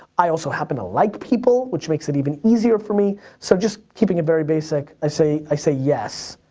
i also happen to like people which makes it even easier for me so just keeping it very basic i say i say yes.